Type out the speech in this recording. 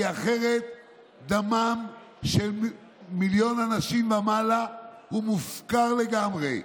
כי אחרת דמם של מיליון אנשים ומעלה מופקר לגמרי.